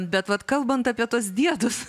bet vat kalbant apie tuos diedus